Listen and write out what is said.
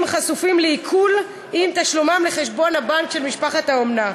חשופים לעיקול עם תשלומם לחשבון הבנק של משפחת האומנה.